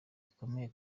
rikomeye